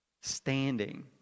standing